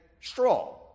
straw